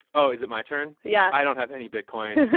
oh, is it my turn? yeah i don't have any bitcoin.